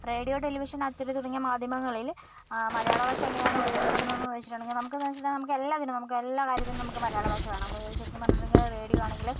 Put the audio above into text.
radio television അച്ചടി തുടങ്ങിയ മാധ്യമങ്ങളിൽ മലയാളഭാഷ എങ്ങനെയാണ് ഉപയോഗിക്കപ്പെടുന്നതെന്നു ചോദിച്ചിട്ടുണ്ടെങ്കിൽ നമുക്കെന്നുവെച്ചാൽ നമുക്ക് എല്ലാറ്റിനും നമുക്ക് എല്ലാ കാര്യത്തിനും നമുക്ക് മലയാളഭാഷ വേണം ശരിക്കും പറഞ്ഞിട്ടുണ്ടെങ്കിൽ റേഡിയോ ആണെങ്കിൽ